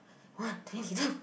one twenty two